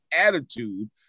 attitude